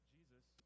Jesus